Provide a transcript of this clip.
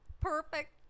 Perfect